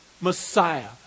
Messiah